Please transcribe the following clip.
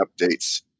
Updates